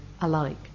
alike